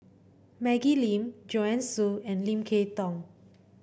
Maggie Lim Joanne Soo and Lim Kay Tong